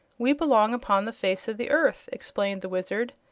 we belong upon the face of the earth, explained the wizard,